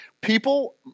people